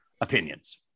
opinions